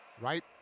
right